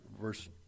verse